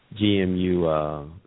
GMU